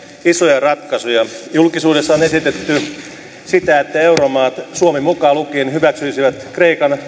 isoja ratkaisuja julkisuudessa on esitetty sitä että euromaat suomi mukaan lukien hyväksyisivät kreikan